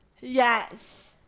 Yes